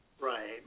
Right